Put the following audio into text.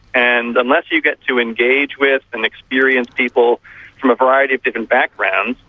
and unless you get to engage with and experience people from a variety of different backgrounds,